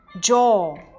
Jaw